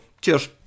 Cheers